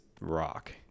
rock